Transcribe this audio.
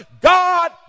God